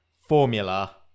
Formula